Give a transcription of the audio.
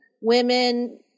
women